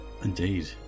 Indeed